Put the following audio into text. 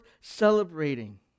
celebrating